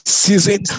season